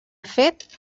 fet